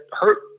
hurt